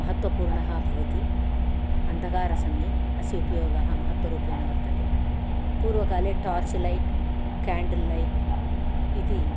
महत्वपूर्णः भवति अन्धकारसमये अस्य उपयोगः महत्वरूपेण वर्तते पूर्वकाले टार्च् लैट् केन्डल् लैट् इति